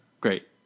Great